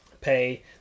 Pay